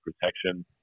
protection